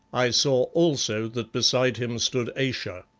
i saw also that beside him stood ayesha.